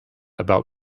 about